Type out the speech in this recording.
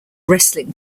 wrestling